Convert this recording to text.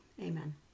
Amen